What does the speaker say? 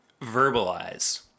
verbalize